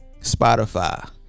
Spotify